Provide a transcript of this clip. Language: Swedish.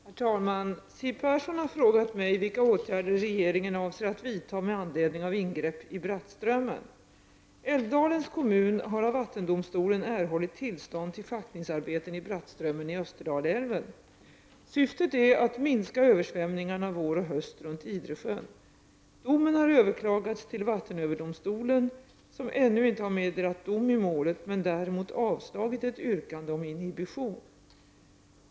Herr talman! Siw Persson har frågat mig vilka åtgärder regeringen avser att vidta med anledning av ingrepp i Brattströmmen. Älvdalens kommun har av vattendomstolen erhållit tillstånd till schaktningsarbeten i Brattströmmen i Österdalälven. Syftet är att minska översvämningarna vår och höst runt Idresjön. Domen har överklagats till vattenöverdomstolen, som ännu inte meddelat dom i målet men däremot avslagit ett yrkande om inhibition.